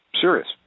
Serious